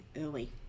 early